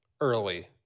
early